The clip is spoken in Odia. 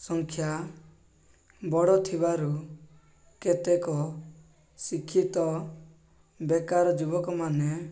ସଂଖ୍ୟା ବଡ଼ ଥିବାରୁ କେତେକ ଶିକ୍ଷିତ ବେକାର ଯୁବକମାନେ